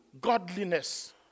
godliness